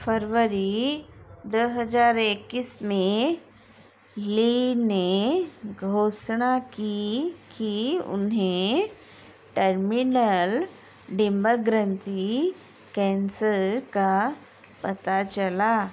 फरवरी दो हज़ार इक्कीस में ली ने घोषणा की कि उन्हें टर्मिनल डिम्बग्रंथि कैंसर का पता चला